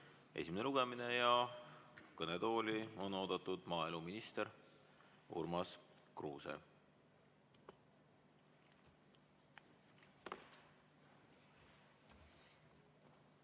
esimene lugemine. Kõnetooli on oodatud maaeluminister Urmas Kruuse.